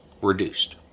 Reduced